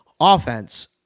Offense